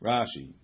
Rashi